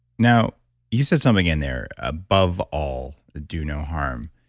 now you said something in there, above all do no harm.